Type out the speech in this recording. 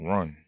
Run